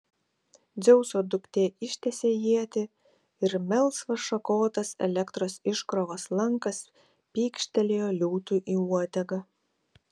dzeuso duktė ištiesė ietį ir melsvas šakotas elektros iškrovos lankas pykštelėjo liūtui į uodegą